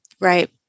Right